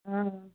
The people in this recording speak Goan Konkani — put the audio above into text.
आं